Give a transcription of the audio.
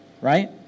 Right